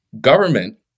government